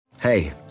Hey